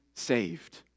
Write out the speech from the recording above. saved